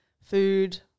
food